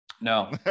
No